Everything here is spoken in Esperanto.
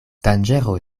danĝero